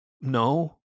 No